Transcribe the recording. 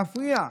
מפריע.